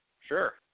sure